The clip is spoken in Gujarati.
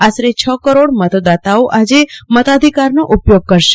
આશરે છ કરોડ મતદાતાઓ આજે મતાધિકારનો ઉપયોગ કરશે